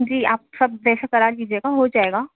جی آپ سب ویسا کرا لیجیے گا ہو جائے گا